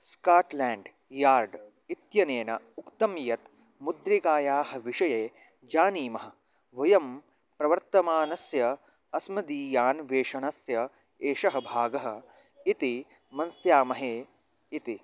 Scotland Yard इत्यनेन उक्तं यत् मुद्रिकायाः विषये जानीमः वयं प्रवर्तमानस्य अस्मदीयान्वेषणस्य एषः भागः इति मन्यामहे इति